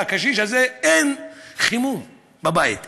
לקשיש הזה אין חימום בבית,